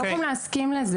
אנחנו לא יכולים להסכים לזה.